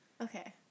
Okay